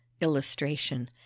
illustration